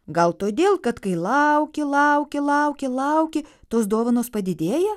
gal todėl kad kai lauki lauki lauki lauki tos dovanos padidėja